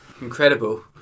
Incredible